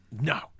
no